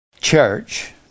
Church